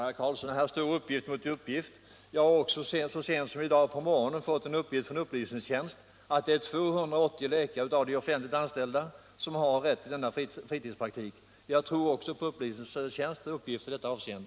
Herr talman! Ja, herr Carlsson i Vikmanshyttan, här står uppgift mot uppgift. Jag har så sent som i dag på morgonen från upplysningstjänsten fått uppgift om att 280 av de offentliganställda läkarna har rätt till fritidspraktik. Jag tror på upplysningstjänstens uppgifter i detta avseende.